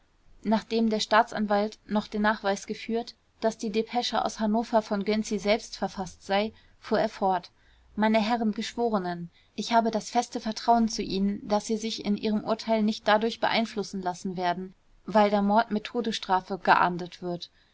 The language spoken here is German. nachdem der staatsanwalt noch den nachweis geführt daß die depesche aus hannover von gönczi selbst verfaßt sei fuhr er fort meine herren geschworenen ich habe das feste vertrauen zu ihnen daß sie sich in ihrem urteil nicht dadurch beeinflussen lassen werden weil der mord mit todesstrafe geahndet wird